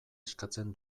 eskatzen